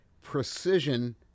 Precision